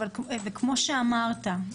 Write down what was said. וכמו שאמרת,